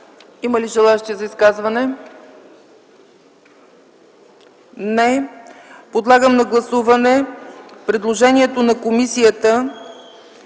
Има ли желаещи за изказване? Не. Подлагам на гласуване предложението на комисията,